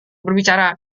berbicara